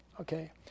Okay